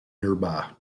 nearby